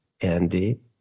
Andy